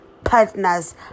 partners